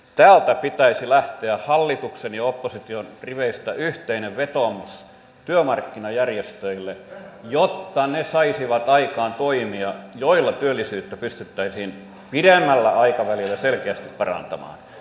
täältä pitäisi lähteä hallituksen ja opposition riveistä yhteinen vetoomus työmarkkinajärjestöille jotta ne saisivat aikaan toimia joilla työllisyyttä pystyttäisiin pidemmällä aikavälillä selkeästi parantamaan